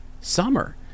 Summer